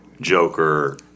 Joker